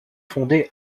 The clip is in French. fondés